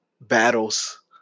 battles